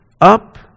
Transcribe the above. up